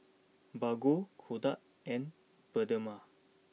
Bargo Kodak and Bioderma